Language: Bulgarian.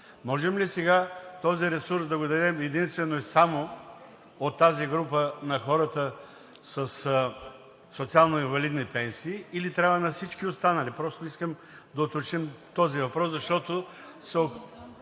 Можем ли сега този ресурс да го дадем единствено и само от тази група на хората със социално инвалидни пенсии, или трябва на всички останали? Искам да уточним този въпрос, защото